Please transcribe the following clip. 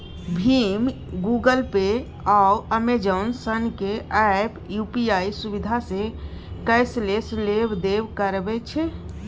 भीम, Google Pay, आ Amazon सनक app UPI सुविधासँ कैशलेस लेब देब करबै छै